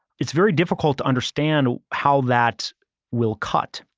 it's very difficult to understand how that will cut.